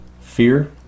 fear